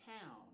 town